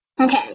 Okay